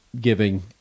giving